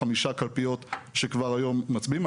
או חמישה קלפיות שכבר היום מצביעים,